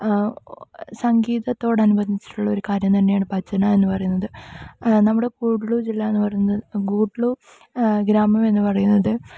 സംഗീതത്തോട് അനുബന്ധിച്ചുള്ളൊരു ഒരു കാര്യം തന്നെയാണ് ഭജന എന്നുപറയുന്നത് നമ്മുടെ കൂടെല്ലു ജില്ലാ എന്ന് പറയുന്നത് ഗുഡല്ലൂ ഗ്രാമം എന്നുപറയുന്നത്